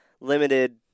limited